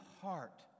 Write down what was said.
heart